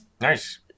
Nice